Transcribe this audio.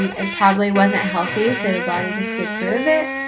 um it probably wasn't healthy, so the body just gets rid of it.